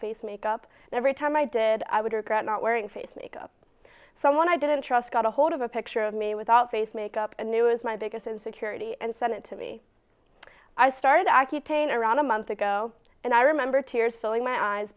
face makeup and every time i did i would regret not wearing face makeup someone i didn't trust got a hold of a picture of me without face makeup a new is my biggest insecurity and send it to me i started accutane around a month ago and i remember tears filling my eyes